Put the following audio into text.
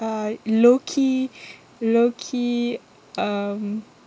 uh low-key low-key um